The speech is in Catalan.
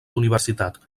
universitat